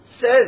Says